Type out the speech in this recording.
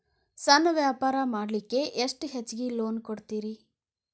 ಸಣ್ಣ ವ್ಯಾಪಾರ ಮಾಡ್ಲಿಕ್ಕೆ ಎಷ್ಟು ಹೆಚ್ಚಿಗಿ ಲೋನ್ ಕೊಡುತ್ತೇರಿ?